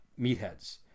meatheads